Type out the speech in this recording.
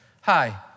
Hi